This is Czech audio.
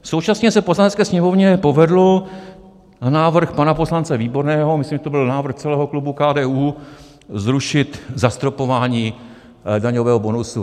Současně se Poslanecké sněmovně povedlo na návrh pana poslance Výborného, myslím, že to byl návrh celého klubu KDU zrušit zastropování daňového bonusu.